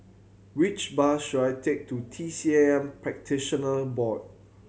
which bus should I take to T C M Practitioner Board